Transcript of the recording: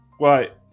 right